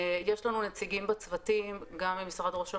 יש לנו נציגים בצוותים גם ממשרד ראש הממשלה,